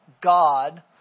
God